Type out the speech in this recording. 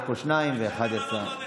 יש פה שניים ואחד יצא.